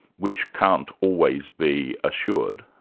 which can't always be assured.